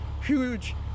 huge